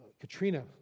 Katrina